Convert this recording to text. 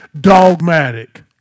dogmatic